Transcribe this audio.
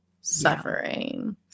suffering